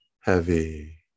heavy